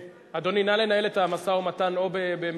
אדוני, נא לנהל את המשא-ומתן או במשרדכם,